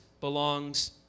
belongs